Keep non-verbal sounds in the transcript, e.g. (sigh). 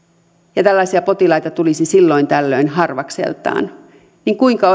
ja tällaisia potilaita tulisi sinne silloin tällöin harvakseltaan niin kuinka (unintelligible)